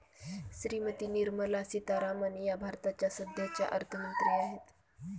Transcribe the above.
श्रीमती निर्मला सीतारामन या भारताच्या सध्याच्या अर्थमंत्री आहेत